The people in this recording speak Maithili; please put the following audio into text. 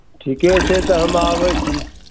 ठीके छै तऽ हम आबै छी